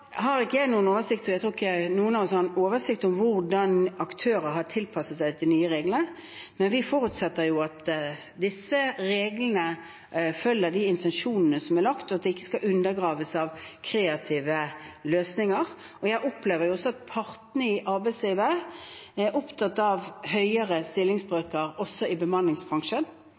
Jeg har ingen oversikt over – og jeg tror ikke noen av oss har det – hvordan aktører har tilpasset seg de nye reglene. Men vi forutsetter at disse reglene følger de intensjonene som er lagt, og at de ikke skal undergraves av kreative løsninger. Jeg opplever også at partene i arbeidslivet er opptatt av høyere stillingsbrøker – også bemanningsbransjen. Blant annet gikk NHOs leder, Ole Erik Almlid, i